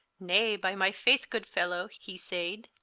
nay, by my faith, good fellowe, hee sayd,